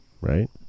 right